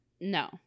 No